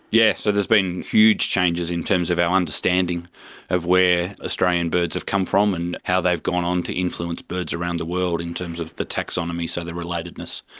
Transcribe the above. yes, so there's been huge changes in terms of our understanding of where australian birds have come from and how they've gone on to influence birds around the world in terms of the taxonomy, so the relatedness.